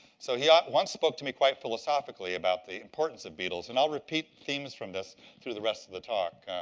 so he ah once spoke to me quite philosophically about the importance of beetles and i'll repeat themes from this through the rest of the talk.